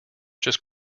just